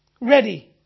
ready